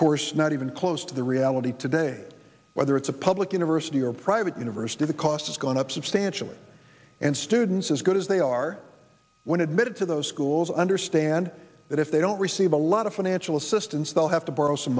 course not even close to the reality today whether it's a public university or private university the cost is going up substantially and students as good as they are when admitted to those schools understand that if they don't receive a lot of financial assistance they'll have to borrow some